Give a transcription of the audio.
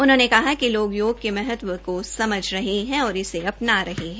उन्होंने कहा कि लोग योग के महत्व को समझ रहे हैं और इसे अपना रहे हैं